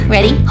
Ready